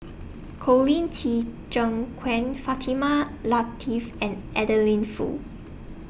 Colin Qi Zhe Quan Fatimah Lateef and Adeline Foo